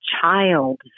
child